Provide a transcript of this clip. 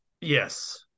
Yes